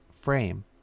frame